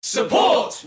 Support